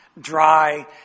dry